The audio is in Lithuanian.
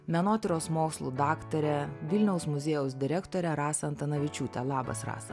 menotyros mokslų daktarę vilniaus muziejaus direktorę rasą antanavičiūtę labas rasa